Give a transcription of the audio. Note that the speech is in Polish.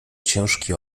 ciężki